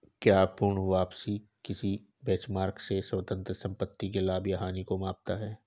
क्या पूर्ण वापसी किसी बेंचमार्क से स्वतंत्र संपत्ति के लाभ या हानि को मापता है?